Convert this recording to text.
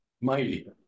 mighty